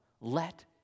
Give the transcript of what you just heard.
let